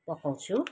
पकाउँछु